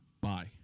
Bye